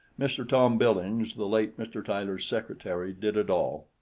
mr. tom billings, the late mr. tyler's secretary, did it all.